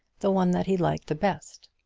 the one that he liked the best.